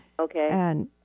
Okay